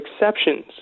exceptions